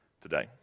today